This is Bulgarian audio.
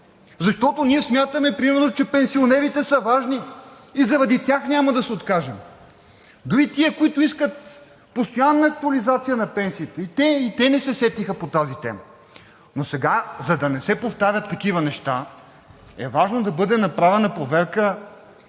защото ние смятаме, примерно, че пенсионерите са важни и заради тях няма да се откажем. Дори тези, които искат постоянна актуализация на пенсиите, и те не се сетиха по тази тема. Но сега, за да не се повтарят такива неща, е важно да бъде направена проверка